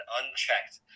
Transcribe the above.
unchecked